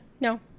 No